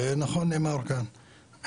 ונכון נאמר כאן,